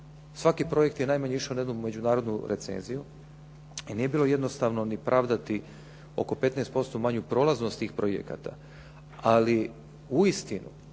Svaki projekt je najmanje išao na jednu međunarodnu recenziju. I nije bilo jednostavno pravdati oko 15% manju prolaznost tih projekata. Ali uistinu